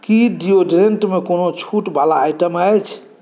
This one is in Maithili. की डिओड्रेन्टमे कोनो छूटवला आइटम अछि